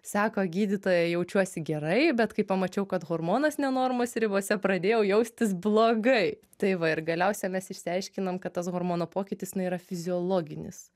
sako gydytoja jaučiuosi gerai bet kai pamačiau kad hormonas ne normos ribose pradėjau jaustis blogai tai va ir galiausia mes išsiaiškinam kad tas hormono pokytis na yra fiziologinis